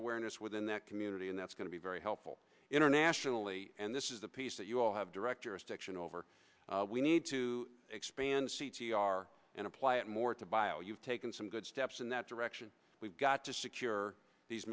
awareness within that community and that's going to be very helpful internationally and this is the piece that you all have director stiction over we need to expand our and apply it more to bio you've taken some good steps in that direction we've got to secure these